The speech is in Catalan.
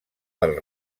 del